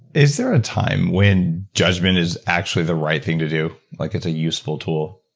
is there a time when judgment is actually the right thing to do, like it's a useful tool?